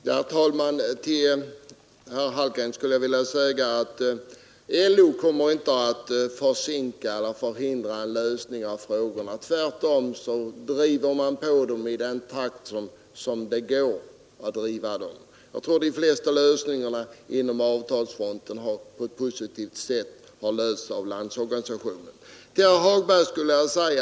Herr talman! Till herr Hallgren skulle jag vilja säga att LO inte kommer att försinka eller förhindra en lösning av frågorna. Tvärtom driver man på dem i den takt som det går att driva dem. Jag tror att de flesta problem på avtalsfronten har lösts av Landsorganisationen på ett positivt sätt.